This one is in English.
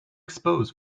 expose